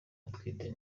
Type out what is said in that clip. atwite